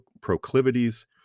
proclivities